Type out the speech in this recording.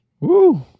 Woo